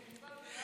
יש משפט בינואר.